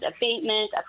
abatement